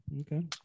okay